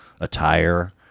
attire